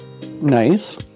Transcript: Nice